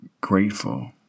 grateful